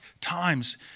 times